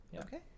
Okay